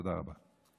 תודה רבה.